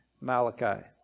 Malachi